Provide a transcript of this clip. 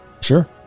Sure